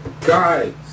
Guys